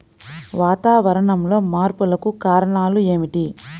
వాతావరణంలో మార్పులకు కారణాలు ఏమిటి?